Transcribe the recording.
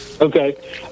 Okay